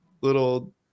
little